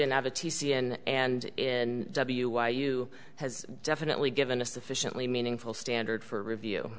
n and in wy you has definitely given a sufficiently meaningful standard for review